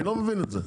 אני לא מבין את זה.